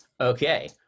okay